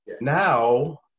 Now